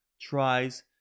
tries